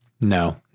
no